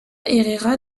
herrera